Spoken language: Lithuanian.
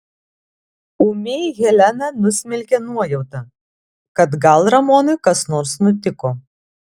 ūmiai heleną nusmelkė nuojauta kad gal ramonui kas nors nutiko